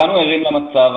כולנו ערים למצב.